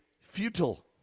futile